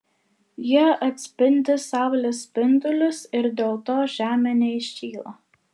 jie atspindi saulės spindulius ir dėl to žemė neįšyla